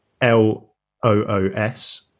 L-O-O-S